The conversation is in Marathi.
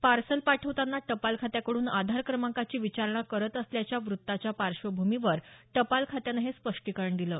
पार्सल पाठवताना टपाल खात्याकडून आधार क्रमांकाची विचारणा करत असल्याच्या वृत्ताच्या पार्श्वभूमीवर टपाल खात्यानं हे स्पष्टीकरण दिलं आहे